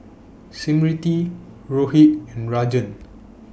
Smriti Rohit and Rajan